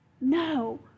no